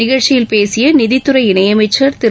நிகழ்ச்சியில் பேசிய நிதித்துறை இணையமைச்சா் திரு